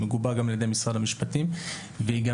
היא מגובה גם על ידי משרד המשפטים והיא גם